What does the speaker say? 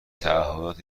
تعهدات